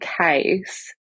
case